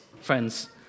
friends